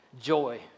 Joy